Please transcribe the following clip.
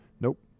Nope